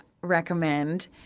recommend